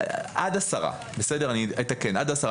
עד עשרה, אני אתקן, עד עשרה.